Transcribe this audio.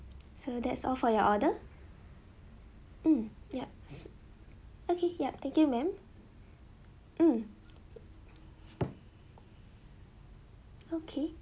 so that's all for your order hmm yup okay yup thank you ma'am hmm okay